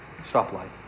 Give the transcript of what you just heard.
stoplight